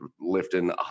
lifting